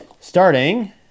starting